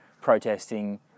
protesting